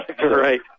Right